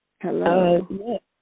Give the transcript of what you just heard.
Hello